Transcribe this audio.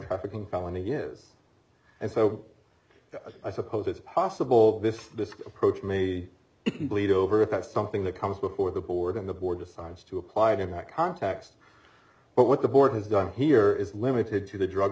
trafficking felony is and so i suppose it's possible this this approach made it bleed over if that's something that comes before the board and the board decides to applied in that context but what the board has done here is limited to the drug